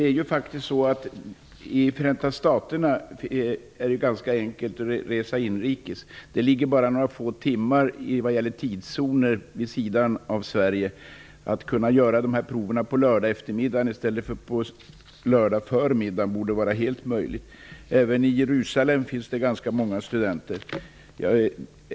Fru talman! I Förenta Staterna är det ganska enkelt att resa inrikes. När det gäller tidszoner ligger Förenta Staterna bara några få timmar vid sidan av Sverige. Att kunna göra provet under en lördagseftermiddag i stället för under en lördagsförmiddag borde vara möjligt. Även i Jerusalem finns det ganska många studenter.